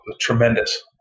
tremendous